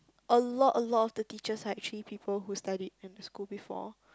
a lot a lot of the teachers are actually people who studied in the school before